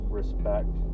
respect